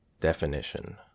Definition